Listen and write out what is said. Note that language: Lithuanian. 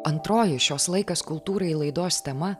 antroji šios laikas kultūrai laidos tema